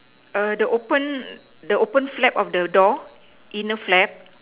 err the open the open flap of the door inner flap